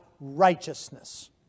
righteousness